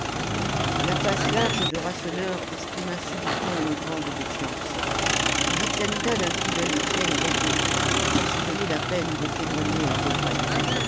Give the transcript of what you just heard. la face large de rasseneur exprima subitement une grande défiance il examina d'un coup d'oeil étienne et répondit sans se donner la peine de témoigner un regret